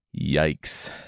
yikes